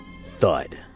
thud